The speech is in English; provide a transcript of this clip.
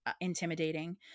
intimidating